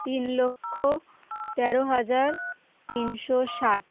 তিন লক্ষ তেরো হাজার তিনশো ষাট